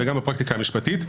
אלא גם בפרקטיקה המשפטית.